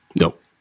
Nope